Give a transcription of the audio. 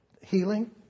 healing